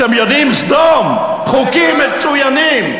אתם יודעים, סדום, חוקים מצוינים.